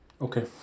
Okay